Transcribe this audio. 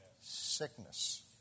sickness